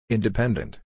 Independent